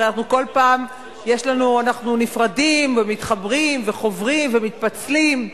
הרי אנחנו כל פעם נפרדים ומתחברים וחוברים ומתפצלים.